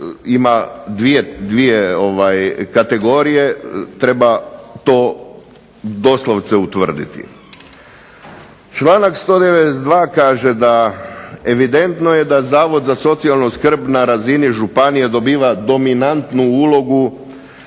ima dvije kategorije. Treba to doslovce utvrditi. Članak 192. kaže da evidentno je da zavod za socijalnu skrb na razini županije dobiva dominantu ulogu,